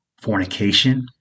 fornication